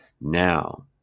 Now